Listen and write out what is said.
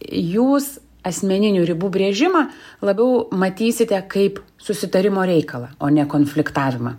jūs asmeninių ribų brėžimą labiau matysite kaip susitarimo reikalas o nekonfliktavimą